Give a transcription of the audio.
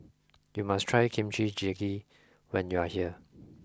you must try Kimchi jjigae when you are here